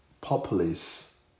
populace